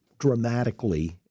dramatically